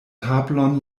tablon